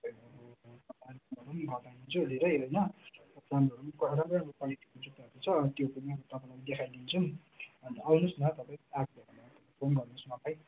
तपाईँको घटाइदिन्छु धेरै होइन दामहरू पनि राम्रो राम्रो क्वालिटीको जुत्ताहरू छ अनि त्यो पनि तपाईँलाई देखाइदिन्छौँ अन्त आउनुहोस् न तपाईँ आएको बेलामा फोन गर्नुहोस् मलाई